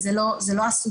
וזאת לא הסוגיה.